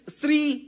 three